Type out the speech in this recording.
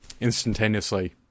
instantaneously